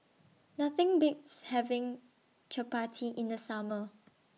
Nothing Beats having Chapati in The Summer